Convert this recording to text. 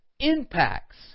impacts